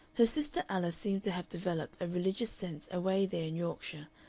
her sister alice seemed to have developed a religious sense away there in yorkshire,